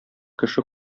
кеше